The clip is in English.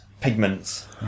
pigments